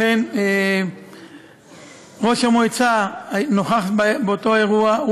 אכן, ראש המועצה נכח באותו אירוע.